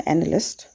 Analyst